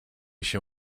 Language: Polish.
się